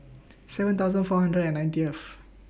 seven thousand four hundred and ninetieth